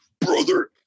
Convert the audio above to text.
Brother